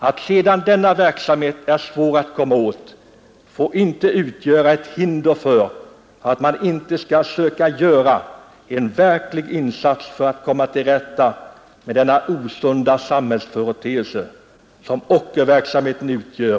Att sedan denna verksamhet är svår att komma åt får inte utgöra ett hinder för att söka göra en verklig insats i syfte att komma till rätta med den osunda företeelse som ockerverksamheten utgör.